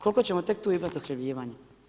Koliko ćemo tek tu imat uhljebljivanja?